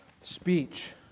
Speech